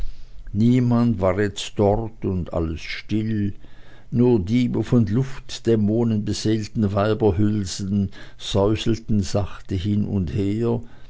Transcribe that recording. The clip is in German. niemand war jetzt dort und alles still nur die wie von luftdämonen beseelten weiberhülsen säuselten sachte hin und her